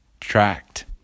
tracked